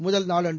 முதல் நாளன்று